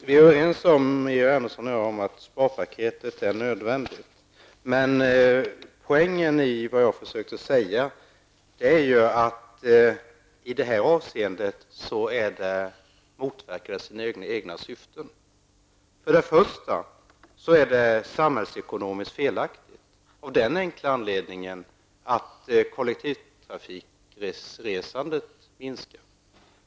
Herr talman! Georg Andersson och jag är överens om att sparpaketet är nödvändigt. Men poängen i det jag försökte säga är att sparpaketet i detta avseende motverkar sina egna syften. För det första är det samhällsekonomiskt felaktigt av den enkla anledningen att kollektivtrafikresandet minskar.